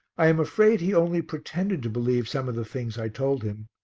i am afraid he only pretended to believe some of the things i told him.